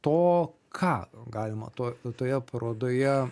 to ką galima tuo toje parodoje